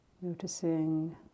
Noticing